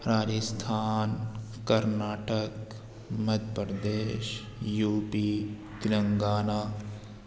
Rajasthan Karnataka Madhya Pradesh U P Telangana